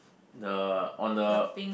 the on the